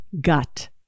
gut